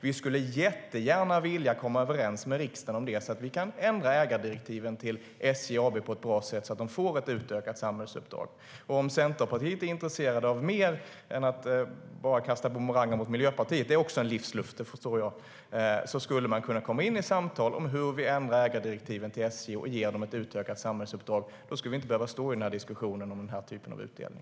Vi skulle jättegärna vilja komma överens med riksdagen om det så att vi kan ändra ägardirektiven till SJ AB på ett bra sätt så att det får ett utökat samhällsuppdrag. Om Centerpartiet är intresserat av mer än att kasta bumerangen mot Miljöpartiet - det är också en livsluft, det förstår jag - skulle man kunna komma in i samtal om hur vi ska ändra ägardirektiven till SJ och ge det ett utökat samhällsuppdrag. Då skulle vi inte behöva stå här och diskutera den typen av utdelning.